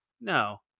No